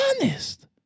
honest